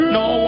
no